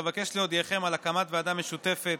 אבקש להודיעכם על הקמת ועדה משותפת